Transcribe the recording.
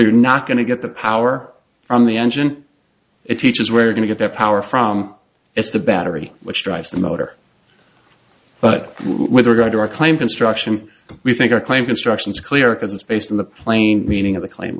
you're not going to get the power from the engine it teaches where you're going to get that power from it's the battery which drives the motor but with regard to our claim construction we think our claim construction is clear because it's based on the plain meaning of the claim